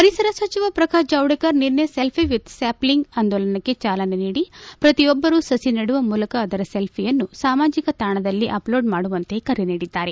ಪರಿಸರ ಸಚಿವ ಪ್ರಕಾಶ್ ಜಾವ್ದೇಕರ್ ನಿನ್ನೆ ಸೆಲ್ಲಿ ವಿತ್ ಸಾಪ್ಟಿಂಗ್ ಆಂದೋಲನಕ್ಕೆ ಚಾಲನೆ ನೀಡಿ ಪ್ರತಿಯೊಬ್ಬರೂ ಸುಿ ನೆಡುವ ಮೂಲಕ ಅದರ ಸೆಲ್ಲಿಯನ್ನು ಸಾಮಾಜಿಕ ತಾಣದಲ್ಲಿ ಆಪ್ಲೋಡ್ ಮಾಡುವಂತೆ ಕರೆ ನೀಡಿದ್ದಾರೆ